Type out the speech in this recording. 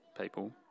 people